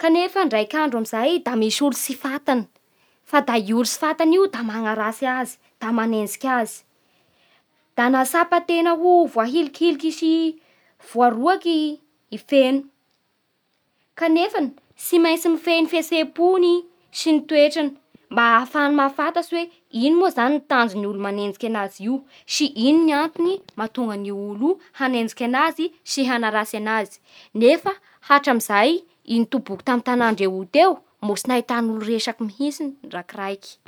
Kanefa ndray andro amin'izay da misy olo tsy fantany, fa da io olo tsy fantany io da manaratsy azy, da manenjiky azy. Da nahatsapa tena ho voahilikiliky sy voaroaky i Feno. Kanefa tsy maintsy mifehy ny fihetseham-pony sy ny toetrany mba ahafahany mahafantatsy hoe ino moa zany tanjon'ny olo manaratsy anazy io sy ino antony mahatonga an'io olo io hanenjiky anazy sy hanaratsy anazy nefa hatramizay i nitokoky tamin'ny tanandreo io teo mbo tsy nahita olo resaky ndreky raiky.